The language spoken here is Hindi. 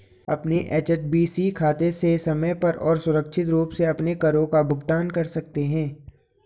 अपने एच.एस.बी.सी खाते से समय पर और सुरक्षित रूप से अपने करों का भुगतान कर सकते हैं